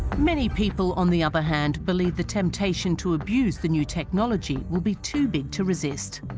many people on the other hand believe the temptation to abuse. the new technology will be too big to resist